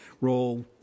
role